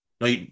no